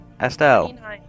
Estelle